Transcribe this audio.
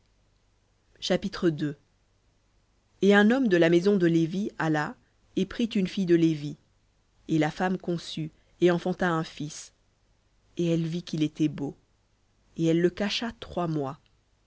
chapitre et un homme de la maison de lévi alla et prit une fille de lévi et la femme conçut et enfanta un fils et elle vit qu'il était beau et elle le cacha trois mois